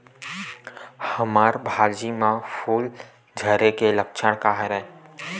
हमर भाजी म फूल झारे के लक्षण का हरय?